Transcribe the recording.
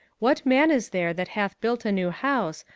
what man is there that hath built a new house,